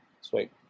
Sweet